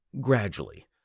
gradually